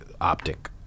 optic